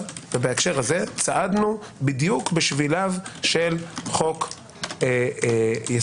ובהקשר הזה צעדנו בדיוק בשביליו של חוק תזכיר חוק